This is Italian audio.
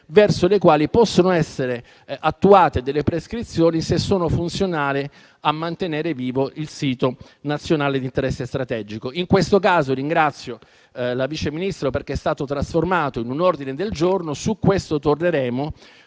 verso le quali possono essere attuate delle prescrizioni, se sono funzionali a mantenere vivo il sito nazionale di interesse strategico. In questo caso, ringrazio la Vice Ministra, perché l'emendamento è stato trasformato in un ordine del giorno e su questo torneremo.